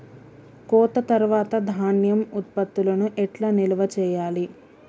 కోత తర్వాత ధాన్యం ఉత్పత్తులను ఎట్లా నిల్వ చేయాలి?